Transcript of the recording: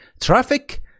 Traffic